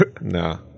No